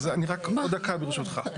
אז אני עוד דקה, ברשותך.